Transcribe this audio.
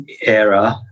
era